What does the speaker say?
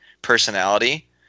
personality